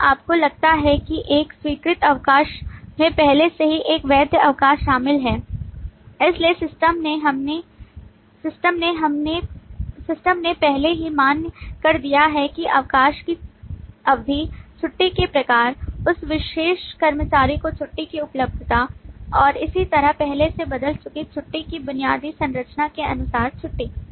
अब आपको लगता है कि इस स्वीकृत अवकाश में पहले से ही एक वैध अवकाश शामिल है इसलिए सिस्टम ने पहले ही मान्य कर दिया है कि अवकाश की अवधि छुट्टी के प्रकार उस विशेष कर्मचारी को छुट्टी की उपलब्धता और इसी तरह पहले से बदल चुकी छुट्टी की बुनियादी संरचना के अनुसार छुट्टी